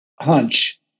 hunch